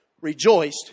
rejoiced